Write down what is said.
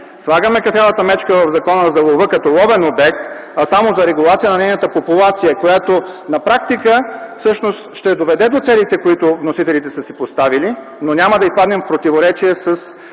слагаме кафявата мечка в Закона за лова като ловен обект, а само за регулация на нейната популация, която на практика всъщност ще доведе до целите, които вносителите са си поставили, но няма да изпаднем в противоречие с